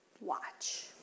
watch